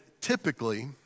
typically